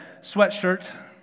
sweatshirt